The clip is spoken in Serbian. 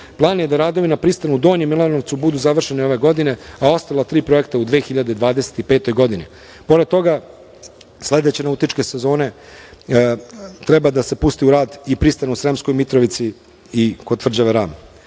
Plan je da radovi na pristanu u Donjem Milanovcu budu završeni ove godine, a ostala tri projekta u2025. godini. Pred toga, sledeće nautičke sezone treba da se pusti u rad i pristan u Sremskoj Mitrovici i kod tvrđave Ram. EXPO